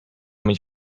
mieć